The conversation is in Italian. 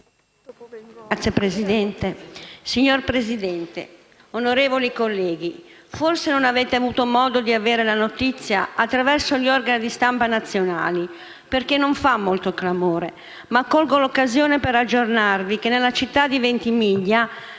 ALBANO *(PD)*. Signora Presidente, onorevoli colleghi, forse non avete avuto modo di conoscere la notizia attraverso gli organi di stampa nazionali, perché non fa molto clamore, ma colgo l'occasione per aggiornarvi sul fatto che nella città di Ventimiglia